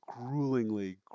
gruelingly